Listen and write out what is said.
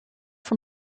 von